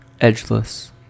edgeless